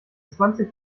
zwanzig